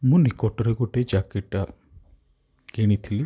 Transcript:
ମୁଁ ନିକଟରେ ଗୋଟେ ଜ୍ୟାକେଟ୍ଟା କିଣିଥିଲି